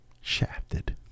shafted